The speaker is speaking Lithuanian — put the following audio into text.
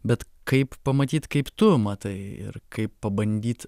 bet kaip pamatyt kaip tu matai ir kaip pabandyt